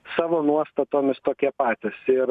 savo nuostatomis tokie patys ir